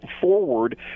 forward